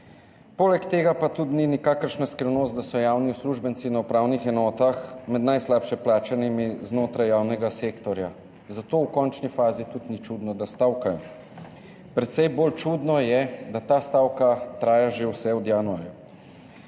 Poleg tega pa tudi ni nikakršna skrivnost, da so javni uslužbenci na upravnih enotah med najslabše plačanimi znotraj javnega sektorja. Zato v končni fazi tudi ni čudno, da stavkajo. Precej bolj čudno je, da ta stavka traja že vse od januarja.